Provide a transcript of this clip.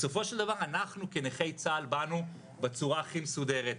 בסופו של דבר אנחנו כנכי צה"ל באנו בצורה הכי מסודרת,